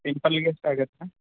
ಸಿಂಪಲ್ಲಿಗೆ ಎಷ್ಟು ಆಗತ್ತೆ